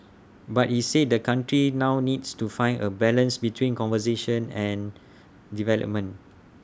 but he said the country now needs to find A balance between conservation and development